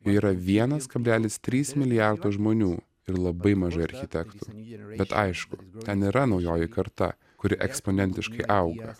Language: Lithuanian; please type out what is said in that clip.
yra vienas kablelis trys milijardo žmonių ir labai mažai architektų bet aišku ten yra naujoji karta kuri eksponentiškai auga